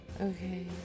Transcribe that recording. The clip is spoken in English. okay